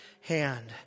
hand